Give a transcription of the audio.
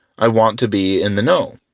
i want to be in the know.